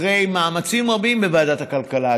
אחרי מאמצים רבים בוועדת הכלכלה,